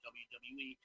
wwe